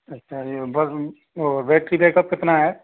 अच्छा जी बस बेट्री बैकअप कितना है